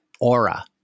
aura